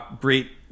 great